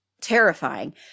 terrifying